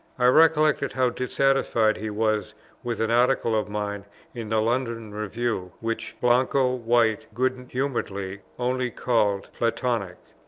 i recollect how dissatisfied he was with an article of mine in the london review, which blanco white, good-humouredly, only called platonic.